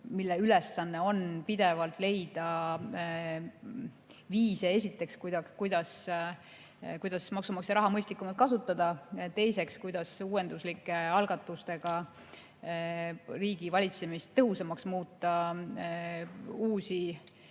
mille ülesanne on pidevalt leida viise, esiteks, kuidas maksumaksja raha mõistlikumalt kasutada, teiseks, kuidas uuenduslike algatustega riigi valitsemist tõhusamaks muuta, uusi